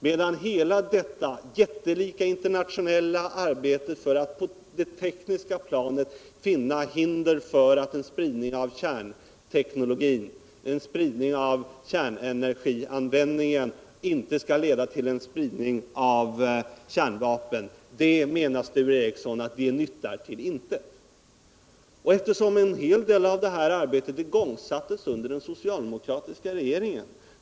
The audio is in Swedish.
Och hela detta jättelika internationella arbete för att på det tekniska planet finna hinder för att en spridning av kärnenergianvändningen skall leda till spridning av kärnkraften, menar Sture Ericson nyttar till intet. En hel del av detta arbete igångsattes under den socialdemokratiska regeringen.